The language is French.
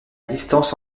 distance